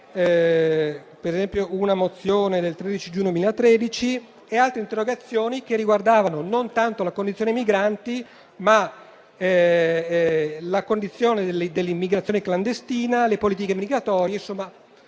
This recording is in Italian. per esempio una mozione del 13 giugno 2013 - e altre interrogazioni che riguardavano non tanto la condizione dei migranti, quanto l'immigrazione clandestina, le politiche migratorie